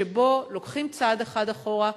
שבו לוקחים צעד אחד אחורה,